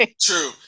True